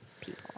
people